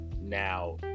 now